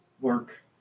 work